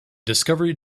discovery